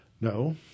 no